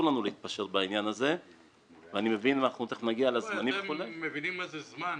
שנתפשר ואני מבין --- אתם מבינים מה זה זמן?